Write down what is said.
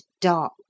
dark